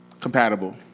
compatible